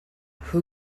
who